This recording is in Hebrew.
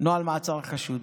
נוהל מעצר חשוד.